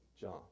John